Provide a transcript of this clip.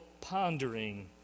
pondering